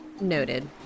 Noted